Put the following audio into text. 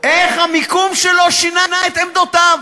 איך המיקום שלו שינה את עמדותיו?